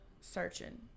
searching